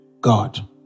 God